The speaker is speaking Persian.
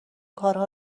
کارها